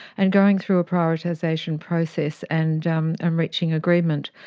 and going through a prioritisation process and um and reaching agreement.